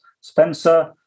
Spencer